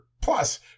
plus